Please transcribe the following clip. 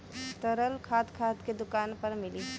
तरल खाद खाद के दुकान पर मिली